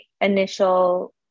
initial